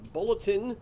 Bulletin